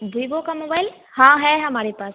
Vivo का mobile हाँ है हमारे पास